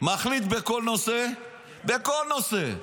מחליט בכל נושא, בכל נושא.